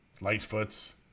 Lightfoot's